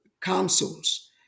councils